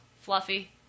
fluffy